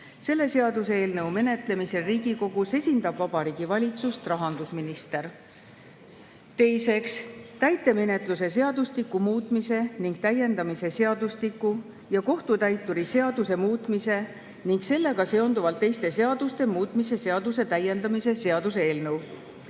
Selle seaduseelnõu menetlemisel Riigikogus esindab Vabariigi Valitsust rahandusminister. Teiseks, täitemenetluse seadustiku muutmise ning täiendamise seadustiku ja kohtutäituri seaduse muutmise ning sellega seonduvalt teiste seaduste muutmise seaduse täiendamise seaduse eelnõu.